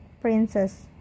princess